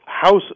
house